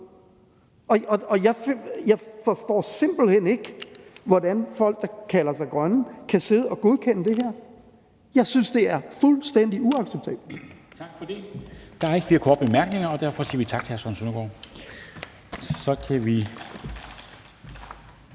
og jeg forstår simpelt hen ikke, hvordan folk, der kalder sig grønne, kan sidde og godkende det her. Jeg synes, det er fuldstændig uacceptabelt.